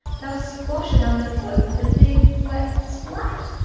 they'll squash it underfoot with a big, wet splat.